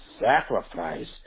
sacrifice